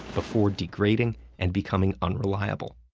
before degrading and becoming unreliable.